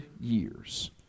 years